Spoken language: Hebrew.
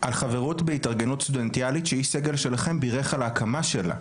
על חברות בהתארגנות סטודנטיאלית שאיש סגל שלכם בירך על ההקמה שלה.